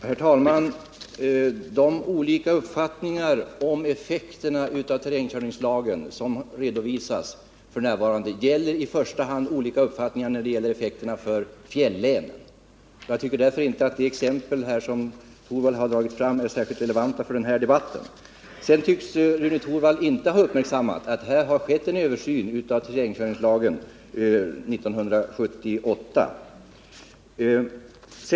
Herr talman! De olika uppfattningar om effekterna av terrängkörningslagen som redovisas f. n. gäller i första hand effekterna för fjällänen. Jag tycker därför inte att de exempel som Rune Torwald fört fram är särskilt relevanta för debatten. Vidare tycks Rune Torwald inte ha uppmärksammat att det skedde en översyn av tillämpningsföreskrifterna till terrängkörningslagen år 1978.